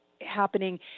happening